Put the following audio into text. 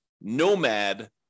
nomad